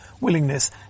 willingness